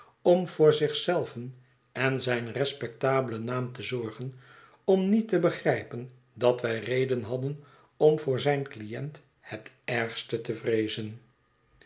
om voor zich zelven en zijn respectabelen naam te zorgen om niet te begrijpen dat wij reden hadden om voor zijn cliënt het ergste te vreezen